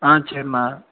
ஆ சரிண்ணா